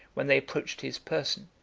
when they approached his person.